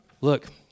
look